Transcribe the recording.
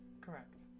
Correct